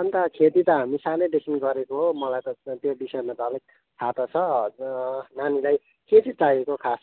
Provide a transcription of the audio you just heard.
अन्त खेती त हामी सानैदेखि गरेको हो मलाई त त्यो विषयमा त अलिक थाहा त छ नानीलाई के चाहिँ चाहिएको खासमा